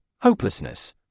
hopelessness